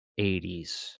80s